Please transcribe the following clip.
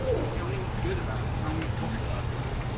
tell me what is good about it, tell me what works.